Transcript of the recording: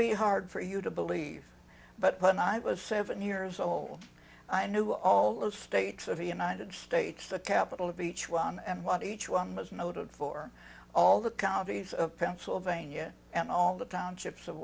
be hard for you to believe but when i was seven years old i knew all those states of united states the capital of each one and what each one was noted for all the counties of pennsylvania and all the townships of